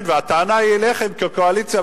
הטענה היא אליכם כקואליציה,